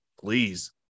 please